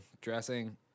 dressing